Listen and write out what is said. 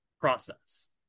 process